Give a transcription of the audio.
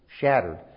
shattered